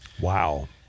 Wow